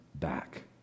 back